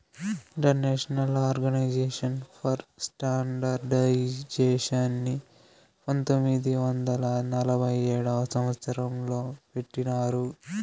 international organisation for స్టాండర్డయిజేషన్ని పంతొమ్మిది వందల నలభై ఏడవ సంవచ్చరం లో పెట్టినారు